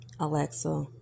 Alexa